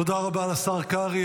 תודה רבה לשר קרעי.